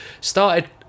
started